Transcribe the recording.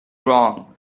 wrong